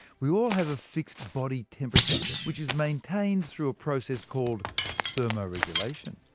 we all have a fixed body temperature, which is maintained through process called thermoregulation.